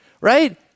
right